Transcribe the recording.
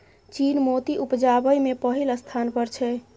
चीन मोती उपजाबै मे पहिल स्थान पर छै